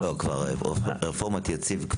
לא, כבר רפורמת יציב.